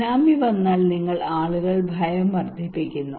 tsunami വന്നാൽ നിങ്ങൾ ആളുകളുടെ ഭയം വർധിപ്പിക്കുന്നു